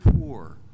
poor